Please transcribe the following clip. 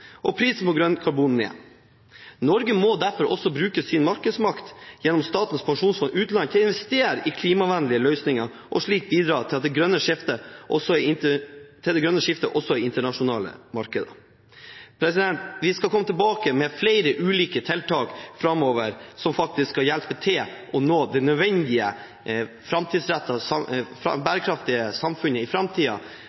og prisen på grønt karbon ned. Norge må derfor bruke sin markedsmakt gjennom Statens pensjonsfond utland til å investere i klimavennlige løsninger og slik bidra til det grønne skiftet også i internasjonale markeder. Vi skal komme tilbake med flere ulike tiltak framover som faktisk skal hjelpe til med å nå det nødvendige bærekraftige samfunnet i